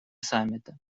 саммита